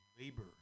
labor